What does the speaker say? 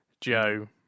Joe